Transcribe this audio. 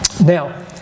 Now